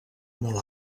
molt